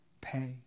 pay